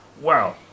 wow